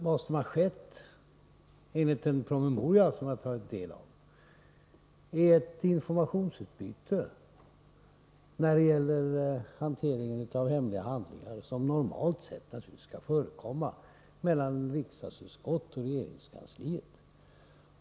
Vad som har skett enligt den promemoria som jag har tagit del av är ett informationsutbyte när det gäller hantering av hemliga handlingar; sådant bör naturligtvis förekomma mellan riksdagsutskott och regeringskansliet.